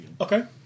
Okay